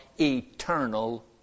eternal